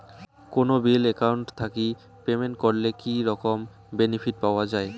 কোনো bill account থাকি payment করলে কি রকম বেনিফিট পাওয়া য়ায়?